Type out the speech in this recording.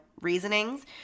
reasonings